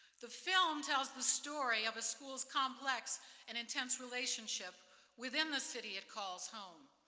the film tells the story of a school's complex and intense relationship within the city it calls home.